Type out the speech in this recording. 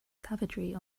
savagery